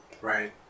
Right